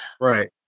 Right